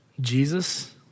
Jesus